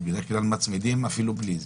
כי בדרך כלל מצמידים אפילו בלי זה,